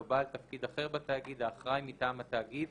או בעל תפקיד אחר בתאגיד האחראי מטעם התאגיד